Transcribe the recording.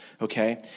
okay